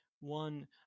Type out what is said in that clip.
one